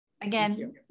Again